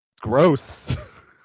Gross